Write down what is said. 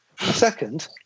Second